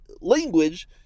language